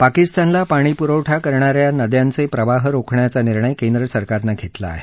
पाकिस्तानला पाणीपुरवठा करणा या नद्यांचे प्रवाह रोखण्याचा निर्णय केंद्रसरकारनं घेतला आहे